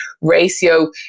ratio